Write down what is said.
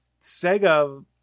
Sega